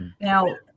Now